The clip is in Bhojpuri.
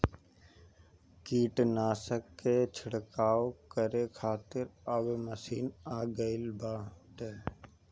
कीटनाशक के छिड़काव करे खातिर अब मशीन आ गईल बाटे